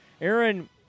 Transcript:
Aaron